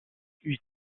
peuvent